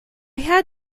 had